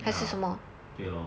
ya 对 lor